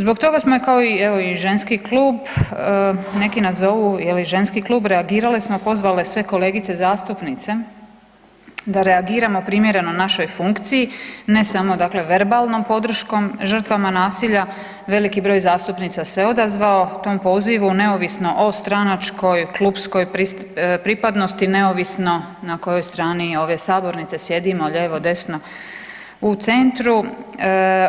Zbog toga smo i kao i evo i ženski klub, neki nas zovu je li ženski klub, reagirale smo i pozvale sve kolegice zastupnice da reagiramo primjereno našoj funkciji ne samo dakle verbalnom podrškom žrtvama nasilja, veliki broj zastupnica se odazvao tom pozivu neovisno o stranačkoj i klupskoj pripadnosti, neovisno na kojoj strani ove sabornice sjedimo, lijevo, desno, u centru,